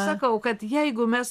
sakau kad jeigu mes